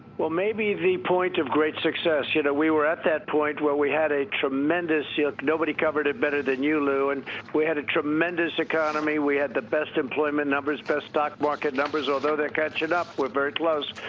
well, maybe the point of great success. you know, we were at that point where we had a tremendous, like nobody covered it better than you, lou, and we had a tremendous economy. we had the best employment numbers, best stock market numbers a although they're catching up, we're very close.